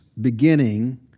beginning